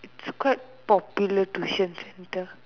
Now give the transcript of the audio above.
it's quite popular tuition centre